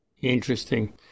Interesting